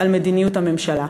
דיברנו על מדיניות הממשלה.